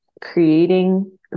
creating